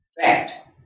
fact